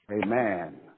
Amen